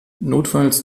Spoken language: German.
notfalls